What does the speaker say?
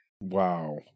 Wow